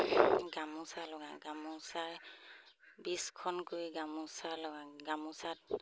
গামোচা লগাওঁ গামোচা বিছখনকৈ গামোচা লগাওঁ গামোচাত